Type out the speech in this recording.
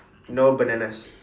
no bananas